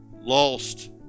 lost